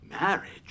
Marriage